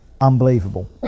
Unbelievable